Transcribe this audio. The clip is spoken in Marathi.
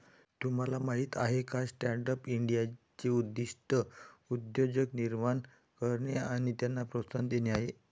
तुम्हाला माहीत आहे का स्टँडअप इंडियाचे उद्दिष्ट उद्योजक निर्माण करणे आणि त्यांना प्रोत्साहन देणे आहे